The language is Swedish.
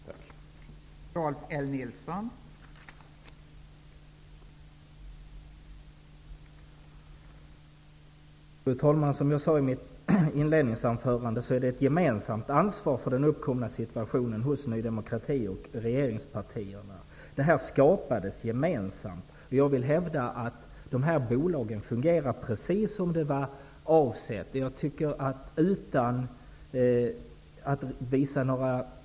Tack.